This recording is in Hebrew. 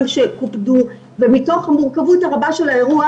שקופדו ומתוך המורכבות הרבה של האירוע,